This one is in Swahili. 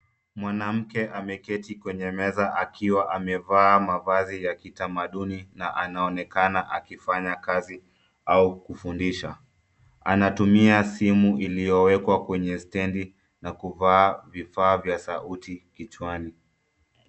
Mwanamke ameketi kwenye meza akiwa amevaa mavazi ya kitamaduni na anaonekana akifanya kazi au kufundisha. Anatumia simu iliyowekwa kwenye stendi na kuvaa vifaa vya sauti kichwani.